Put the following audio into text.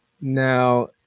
Now